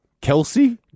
Kelsey